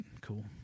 cool